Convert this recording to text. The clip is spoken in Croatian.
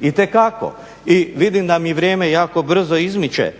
itekako. I vidim da mi vrijeme jako brzo izmiče